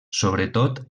sobretot